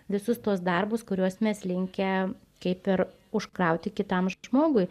visus tuos darbus kuriuos mes linkę kaip ir užkrauti kitam ž žmogui